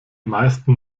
meisten